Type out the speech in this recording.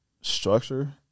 structure